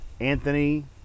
Anthony